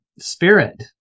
spirit